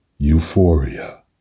euphoria